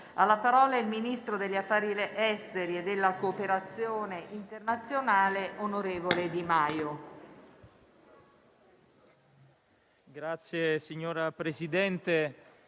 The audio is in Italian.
di parlare il ministro degli affari esteri e della cooperazione internazionale, onorevole Di Maio.